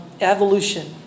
evolution